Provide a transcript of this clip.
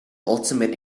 ultimate